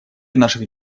наших